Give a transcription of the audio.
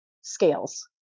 scales